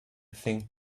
think